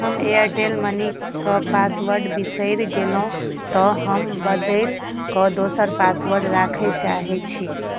हम Airtel money के password बिसैरि गेलहुॅं तऽ हम बदलि कऽ दोसर पासवर्ड राखै चाहै छी